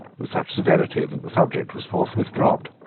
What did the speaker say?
with such severity that the subject was forthwith dropped.